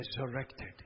Resurrected